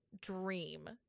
dream